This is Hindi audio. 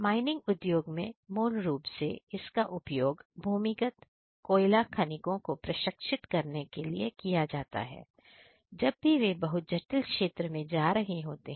माइनिंग उद्योग में मूल रूप से इसका उपयोग भूमिगत कोयला खनिकों को प्रशिक्षित करने के लिए किया जाता है जब भी वे बहुत जटिल क्षेत्र में जा रहे होते हैं